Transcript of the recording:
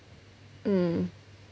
mm